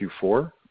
Q4